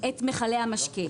את מכלי המשקה.